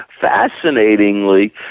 Fascinatingly